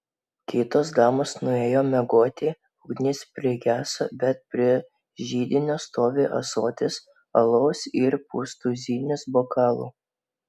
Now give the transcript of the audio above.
kitos damos nuėjo miegoti ugnis prigeso bet prie židinio stovi ąsotis alaus ir pustuzinis bokalų